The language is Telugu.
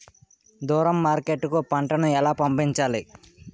దూరం మార్కెట్ కు పంట ను ఎలా పంపించాలి?